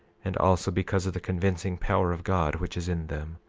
and also because of the convincing power of god which is in them.